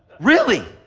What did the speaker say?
really.